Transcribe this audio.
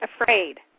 afraid